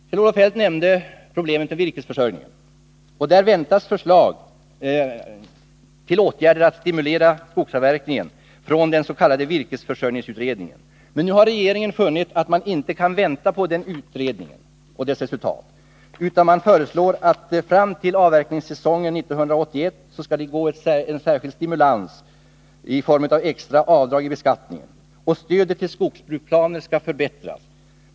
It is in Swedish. Kjell-Olof Feldt nämnde problemet med virkesförsörjningen. Där väntas förslag till åtgärder för att stimulera skogsavverkningen från den s.k. virkesförsörjningsutredningen. Nu har regeringen funnit att den inte kan avvakta utredningens resultat, utan den föreslår att det fram till avverkningssäsongen 1983 skall ges en särskild stimulans i form av ett extra avdrag i beskattningen. Stödet till skogsbruksplaner skall också förbättras.